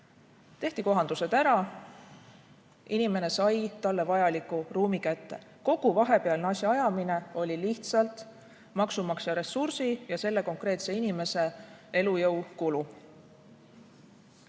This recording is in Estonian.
tehti kohandused ära, inimene sai talle vajaliku ruumi kätte. Kogu vahepealne asjaajamine oli lihtsalt maksumaksja ressursi ja selle konkreetse inimese elujõu kulu.